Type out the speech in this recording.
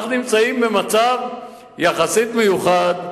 אנחנו נמצאים במצב יחסית מיוחד,